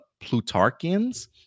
Plutarchians